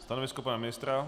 Stanovisko pana ministra?